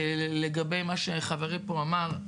לגבי מה שחברי פה אמר,